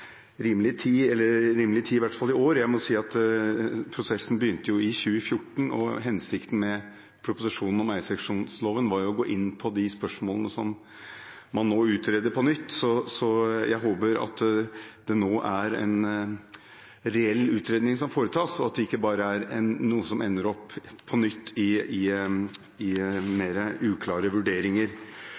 rimelig tid – i hvert fall i år. Prosessen begynte i 2014, og hensikten med proposisjonen om eierseksjonsloven var å gå inn på de spørsmålene som man nå utreder på nytt. Jeg håper at det nå er en reell utredning som foretas, og at det ikke bare er noe som på nytt ender i mer uklare vurderinger.